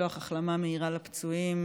ולשלוח החלמה מהירה לפצועים.